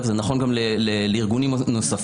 זה נכון גם לגבי ארגונים נוספים,